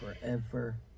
forever